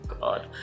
God